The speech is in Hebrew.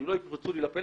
לא יפרצו לי לטלפון